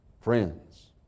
friends